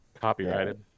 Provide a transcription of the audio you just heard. Copyrighted